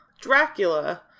Dracula